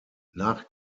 nach